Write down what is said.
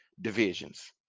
divisions